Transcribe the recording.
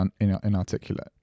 inarticulate